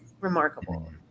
remarkable